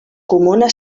comuna